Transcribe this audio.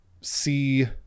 see